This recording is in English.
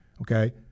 okay